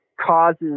causes